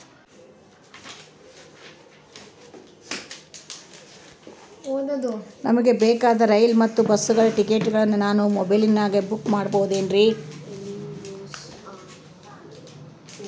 ನಮಗೆ ಬೇಕಾದ ರೈಲು ಮತ್ತ ಬಸ್ಸುಗಳ ಟಿಕೆಟುಗಳನ್ನ ನಾನು ಮೊಬೈಲಿನಾಗ ಬುಕ್ ಮಾಡಬಹುದೇನ್ರಿ?